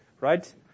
right